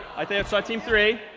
i think i saw team three.